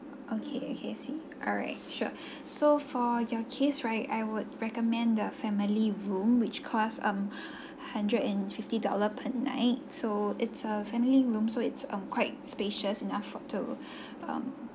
okay okay I see alright sure so for your case right I would recommend the family room which cost um hundred and fifty dollar per night so it's a family room so it's um quite spacious enough for to um